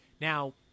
Now